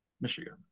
Michigan